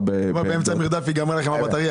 באמצע המרדף תיגמר לכם הסוללה.